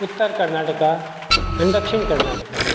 उत्तर कर्नाटका आनी दक्षीण कर्नाटका